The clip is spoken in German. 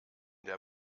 der